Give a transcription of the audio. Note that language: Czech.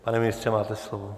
Pane ministře, máte slovo.